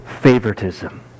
favoritism